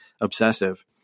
obsessive